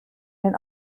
den